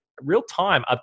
Real-time